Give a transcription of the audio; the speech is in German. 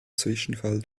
zwischenfall